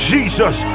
Jesus